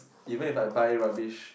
even if I buy rubbish